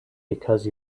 because